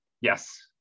Yes